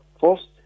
first